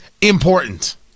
important